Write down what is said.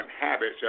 habits